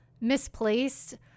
misplaced